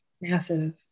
massive